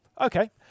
okay